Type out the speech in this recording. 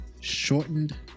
shortened